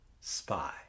spy